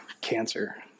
cancer